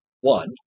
one